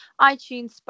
iTunes